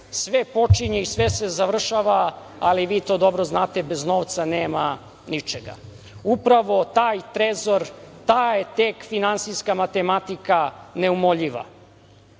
Sve počinje i sve završava, ali vi to dobro znate, bez novca nema ničega. Upravo taj Trezor, ta je tek finansijska matematika neumoljiva. Mislim